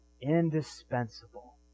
indispensable